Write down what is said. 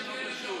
לבריאות.